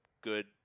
good